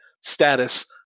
Status